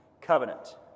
covenant